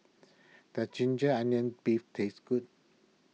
does Ginger Onions Beef taste good